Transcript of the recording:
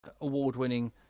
Award-winning